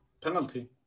penalty